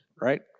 Right